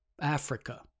Africa